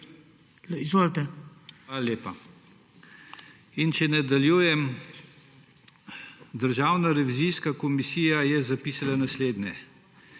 SMC):** Hvala lepa. Če nadaljujem. Državna revizijska komisija je zapisala naslednje: